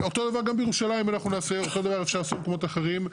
אותו דבר גם בירושלים אנחנו נעשה ונוכל לעשות גם במקומות אחרים,